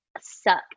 suck